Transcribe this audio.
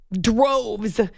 droves